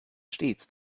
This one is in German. stets